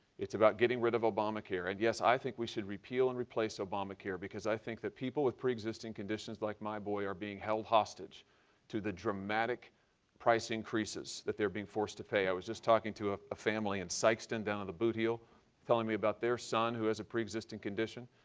it's about getting rid of obamacare, and yes, i think we should repeal and replace obamacare because i think that people with pre-existing conditions like my boy are being held hostage to the dramatic price increases that they're being forced to pay. i was just talking to ah a family in sikeston down in the boot heel telling me about their son with a pre-existing condition.